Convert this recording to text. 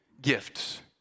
gifts